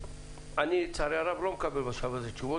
אני לצערי הרב בשלב הזה לא מקבל תשובות,